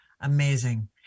amazing